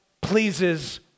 pleases